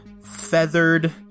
feathered